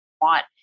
want